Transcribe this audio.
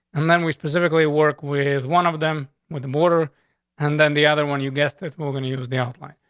and then we specifically work with one of them with the border and then the other one, you guessed it moving to to use the outline.